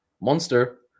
monster